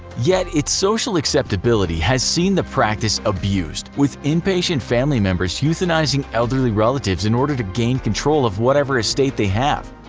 yet its social acceptability has seen the practice abused, with impatient family members euthanizing elderly relatives in order to gain control of whatever estate they have.